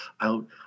out